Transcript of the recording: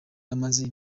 imaze